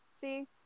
See